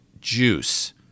juice